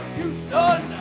Houston